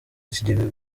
ikijyega